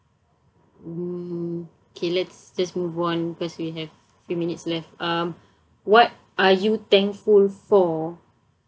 um K let's just move on because we have few minutes left um what are you thankful for